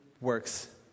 works